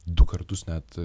du kartus net